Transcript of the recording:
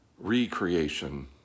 recreation